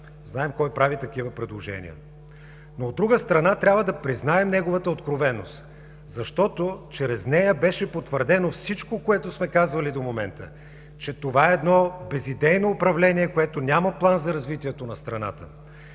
Знаем кой прави такива предложения. Но от друга страна, трябва да признаем неговата откровеност, защото чрез нея беше потвърдено всичко, което сме казвали до момента – че това е едно безидейно управление, което няма план за развитието на страната;